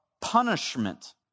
punishment